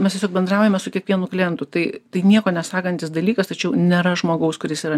mes tiesiog bendraujame su kiekvienu klientu tai tai nieko nesakantis dalykas tačiau nėra žmogaus kuris yra